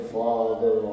father